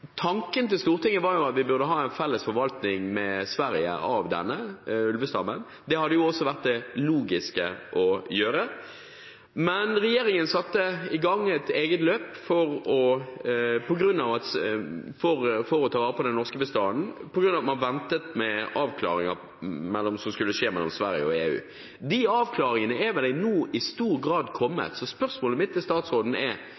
felles forvaltning av ulvestammen med Sverige. Det hadde også vært det logiske å gjøre. Men regjeringen satte i gang et eget løp for å ta vare på den norske bestanden på grunn av at man ventet på avklaringer mellom Sverige og EU. De avklaringene er vel nå i stor grad kommet, så spørsmålet mitt til statsråden er: